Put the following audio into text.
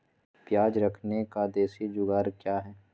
प्याज रखने का देसी जुगाड़ क्या है?